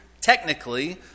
Technically